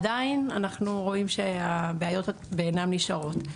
עדיין אנחנו רואים שהבעיות בעינן נשארות.